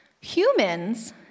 humans